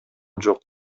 жок